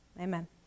amen